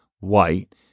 White